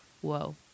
whoa